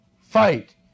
fight